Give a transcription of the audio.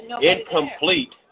incomplete